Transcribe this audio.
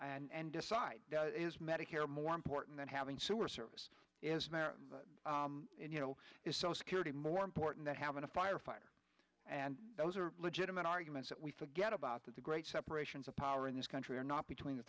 and decide is medicare more important than having sewer service is there you know is so security more important than having a firefighter and those are legitimate arguments that we forget about that the great separations of power in this country are not between the